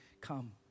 come